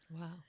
Wow